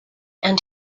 and